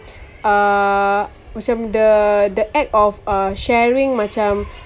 uh macam the the act of uh sharing macam